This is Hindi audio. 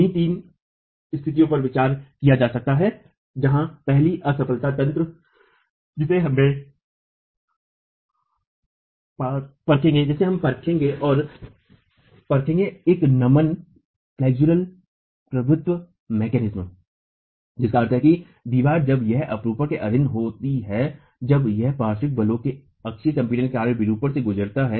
उन्हीं तीन स्थितियों पर विचार किया जा सकता है जहां पहली असफलता तंत्र जिसे हम परखेंगे और परखेंगे एक नमन प्रभुत्व मैकेनिज्म है जिसका अर्थ है दीवार जब यह विरूपण के अधीन होती है जब यह पार्श्व बल और अक्षीय संपीड़न के कारण विरूपण से गुजरता है